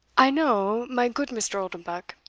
i know, my goot mr. oldenbuck,